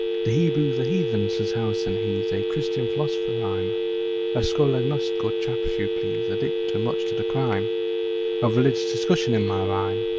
the hebrews are heathens! says howison. he's a christian philosopher. i'm a scurril agnostical chap, if you please, addicted too much to the crime of religious discussion in my rhyme.